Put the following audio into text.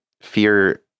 fear